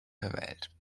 verwählt